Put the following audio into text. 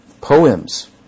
poems